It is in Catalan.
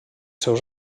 seus